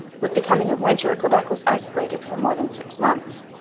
with the coming of winter quebec was isolated for more than six months.